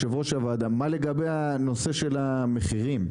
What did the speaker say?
הוועדה, מה לגבי הנושא של המחירים?